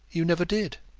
you never did.